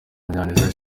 munyaneza